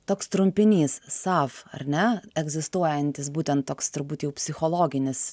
toks trumpinys sav ar ne egzistuojantis būtent toks turbūt jau psichologinis